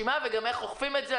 וגם איך אוכפים את זה.